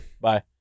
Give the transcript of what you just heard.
bye